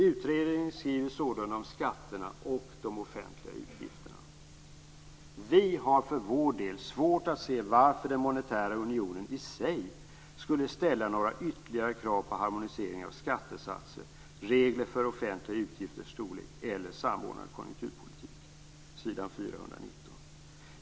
Utredningen skriver sålunda på s. 419 om skatterna och de offentliga utgifterna: Vi har för vår del svårt att se varför den monetära unionen i sig skulle ställa några ytterligare krav på harmonisering av skattesatser, regler för offentliga utgifters storlek eller en samordnad konjunkturpolitik.